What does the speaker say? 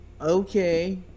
Okay